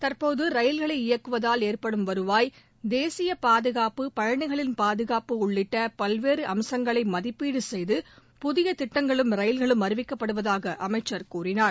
தற்போது ரயில்களை இயக்குவதால் ஏற்படும் வருவாய் தேசிய பாதுகாப்பு பயணிகளின் பாதுகாப்பு உள்ளிட்ட பல்வேறு அம்சங்களை மதிப்பீடு செய்து புதிய திட்டங்களும் ரயில்களும் அறிவிக்கப்படுவதாக அமைச்சர் கூறினார்